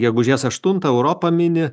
gegužės aštuntą europa mini